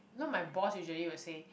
you know my boss usually will say